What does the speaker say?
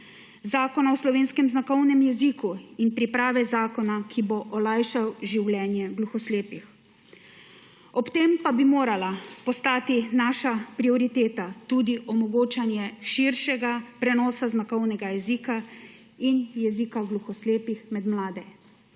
Zakona o slovenskem znakovnem jeziku in priprave zakona, ki bo olajšal življenje gluhoslepih. Ob tem pa bi morala postati naša prioriteta tudi omogočanje širšega prenosa znakovnega jezika in jezika gluhoslepih med mlade.